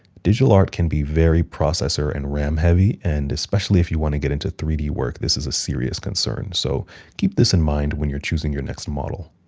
digital art can be very processor and ram-heavy, and especially if you want to get into three d work, this is a serious concern, so keep this in mind when you're choosing your next model.